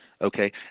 okay